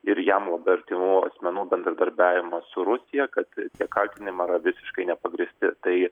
ir jam labai artimų asmenų bendradarbiavimą su rusija kad tie kaltinimai yra visiškai nepagrįsti tai